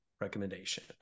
recommendation